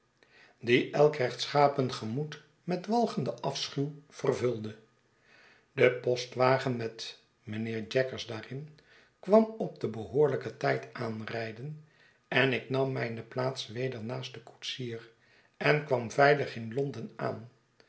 die elk rechtschapen gemoed met walgenden afschuw vervulde de postwagen met mijnheer jaggers daarin kwam op den behoorlijken tijd aanrijden en ik nam mij ne plaats weder naast den koetsier en kwam veilig iri londen aan